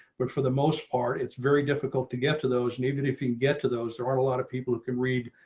but for the most part it's very difficult to get to those. and even if you get to those there aren't a lot of people who can read